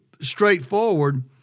straightforward